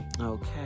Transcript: okay